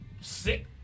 sick